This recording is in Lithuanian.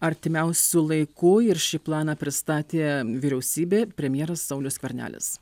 artimiausiu laiku ir šį planą pristatė vyriausybė premjeras saulius skvernelis